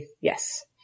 yes